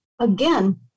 again